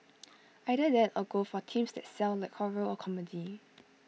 either that or go for themes that sell like horror or comedy